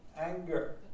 Anger